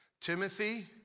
Timothy